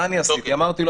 מה עשיתי?